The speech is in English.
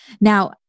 Now